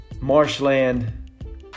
marshland